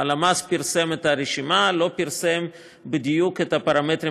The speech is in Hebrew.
הלמ"ס פרסם את הרשימה אבל לא פרסם בדיוק את הפרמטרים